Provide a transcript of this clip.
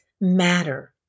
matter